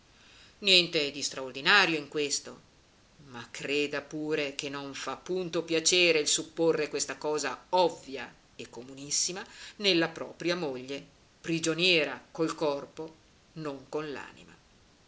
niente di straordinario in questo ma creda pure che non fa punto piacere il supporre questa cosa ovvia e comunissima nella propria moglie prigioniera col corpo non con